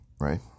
Right